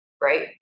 right